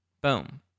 Boom